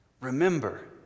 Remember